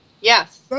Yes